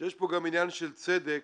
שיש פה גם עניין של צדק,